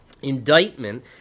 indictment